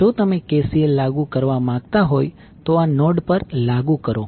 તેથી જો તમે KCL લાગુ કરવા માંગતા હોય તો આ નોડ પર લાગુ કરો